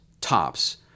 tops